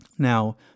Now